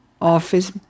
office